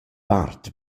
part